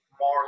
more